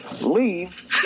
leave